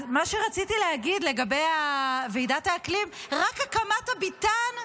אז מה שרציתי להגיד לגבי ועידת האקלים: רק הקמת הביתן,